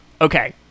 Okay